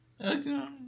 Okay